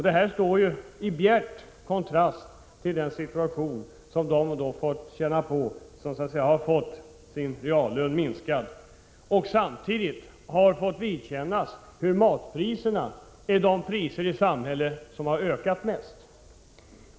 Det står i bjärt kontrast till den situation som de har fått känna på som fått sin reallön minskad och som samtidigt fått vidkänna att matpriserna är de priser som har ökat mest i vårt samhälle.